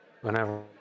whenever